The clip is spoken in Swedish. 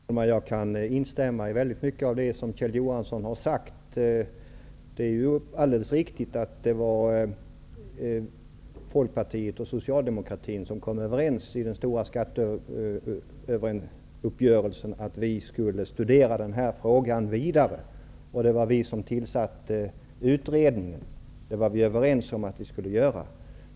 Herr talman! Jag kan instämma i mycket av det Kjell Johansson har sagt. Det är alldeles riktigt att det var Folkpartiet och Socialdemokraterna som kom överens i den stora skatteuppgörelsen om att vi skulle studera denna fråga vidare. Det var vi som tillsatte utredningen. Det var vi överens om att vi skulle göra.